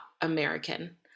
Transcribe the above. American